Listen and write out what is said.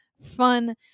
fun